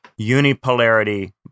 unipolarity